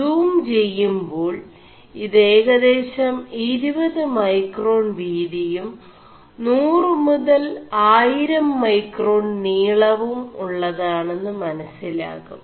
zoom െചgേ2ാൾ ഇത് ഏകേദശം 20 ൈമേ4കാൺ വീതിയും 100 മുതൽ 1000 ൈമേ4കാൺ നീളവും ഉøതാെണM് മനøിലാകും